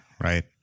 right